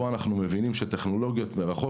פה אנחנו מבינים שטכנולוגיות מרחוק,